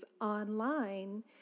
online